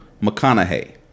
McConaughey